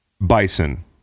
Bison